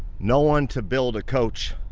no one to build a coach